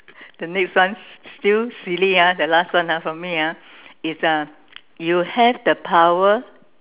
the next one still silly ah the last one ah for me ah is uh you have the power